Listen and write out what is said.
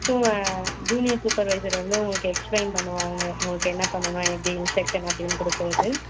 so junior supervisor வந்து உங்களுக்கு explain பண்ணுவாங்கள் உங்களுக்கு என்ன பண்ணணும் எப்படி இன்ஸ்ட்ரெக்ஷன் அப்படின்னு கொடுக்கறதுக்கு